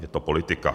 Je to politika.